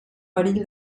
perill